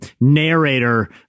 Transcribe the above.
narrator